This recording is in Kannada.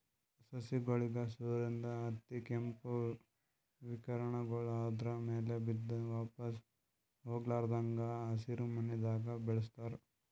ಸಸಿಗೋಳಿಗ್ ಸೂರ್ಯನ್ದ್ ಅತಿಕೇಂಪ್ ವಿಕಿರಣಗೊಳ್ ಆದ್ರ ಮ್ಯಾಲ್ ಬಿದ್ದು ವಾಪಾಸ್ ಹೊಗ್ಲಾರದಂಗ್ ಹಸಿರಿಮನೆದಾಗ ಬೆಳಸ್ತಾರ್